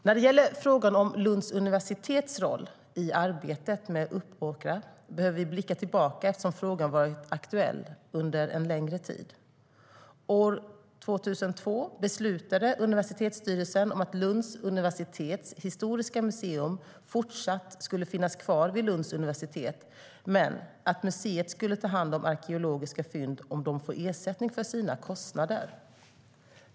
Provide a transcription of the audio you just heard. När det gäller frågan om Lunds universitets roll i arbetet med Uppåkra behöver vi blicka tillbaka eftersom frågan varit aktuell under en längre tid. År 2002 beslutade universitetsstyrelsen att Lunds universitets historiska museum även i fortsättningen skulle finnas kvar vid Lunds universitet men att museet skulle ta hand om arkeologiska fynd om det fick ersättning för sina kostnader.